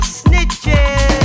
snitches